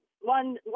one